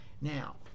Now